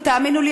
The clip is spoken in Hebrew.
ותאמינו לי,